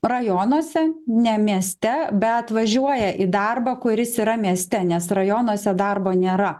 rajonuose ne mieste bet važiuoja į darbą kuris yra mieste nes rajonuose darbo nėra